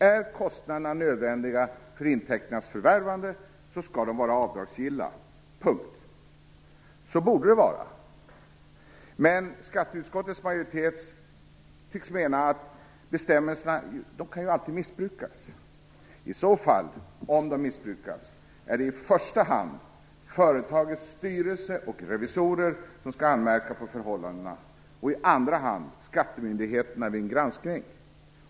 Är kostnaderna nödvändiga för intäkternas förvärvande skall de vara avdragsgilla - punkt. Så borde det vara. Men skatteutskottets majoritet tycks mena att bestämmelserna alltid kan missbrukas. Om de missbrukas är det i första hand företagets styrelse och revisorer som skall anmärka på förhållandena och i andra hand skattemyndigheterna vid en granskning.